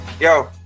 Yo